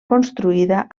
construïda